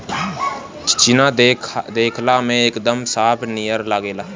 चिचिना देखला में एकदम सांप नियर लागेला